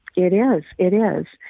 it is. it is.